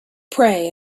pray